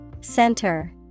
Center